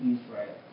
Israel